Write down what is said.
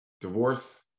divorce